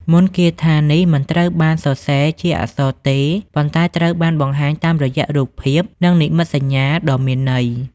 មន្តគាថានេះមិនត្រូវបានសរសេរជាអក្សរទេ ប៉ុន្តែត្រូវបានបង្ហាញតាមរយៈរូបភាព និងនិមិត្តសញ្ញាដ៏មានន័យ។